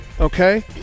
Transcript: Okay